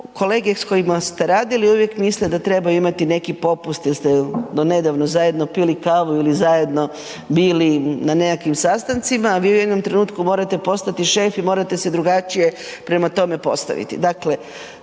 kolege s kojima ste radili uvijek misle da trebaju imati neki popust jer ste donedavno zajedno pili kavu ili zajedno bili na nekakvim sastancima, a vi u jednom trenutku morate postati šef i morate se drugačije prema tome postaviti.